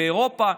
אירופה,